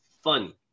funny